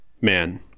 Man